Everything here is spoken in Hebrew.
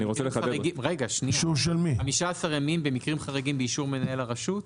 15 ימים במקרים חריגים באישור מנהל הרשות?